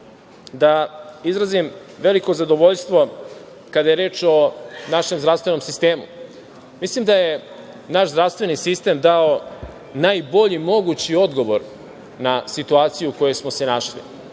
da izrazim veliko zadovoljstvo kada je reč o našem zdravstvenom sistemu. Mislim da je naš zdravstveni sistem dao najbolji mogući odgovor na situaciju u kojoj smo se našli,